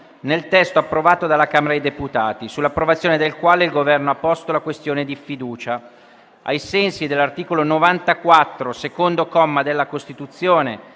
nel testo approvato dalla Camera dei deputati, sull'approvazione del quale il Governo ha posto la questione di fiducia. Ricordo che ai sensi dell'articolo 94, secondo comma, della Costituzione